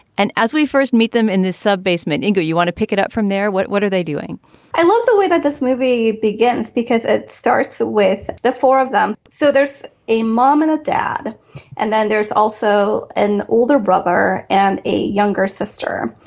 and as we first meet them in this sub basement go you want to pick it up from there what what are they doing i love the way that this movie begins because it starts with the four of them. so there's a mom and a dad and then there's also an older brother and a younger sister.